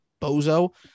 bozo